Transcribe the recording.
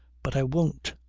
but i won't.